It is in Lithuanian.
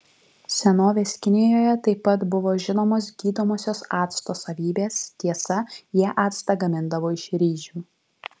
senovės kinijoje taip pat buvo žinomos gydomosios acto savybės tiesa jie actą gamindavo iš ryžių